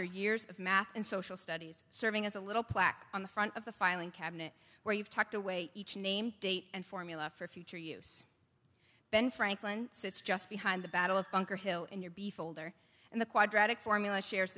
your years of math and social studies serving as a little plaque on the front of the filing cabinet where you've tucked away each name date and formula for future use ben franklin sits just behind the battle of bunker hill in your b folder and the quadratic formula shares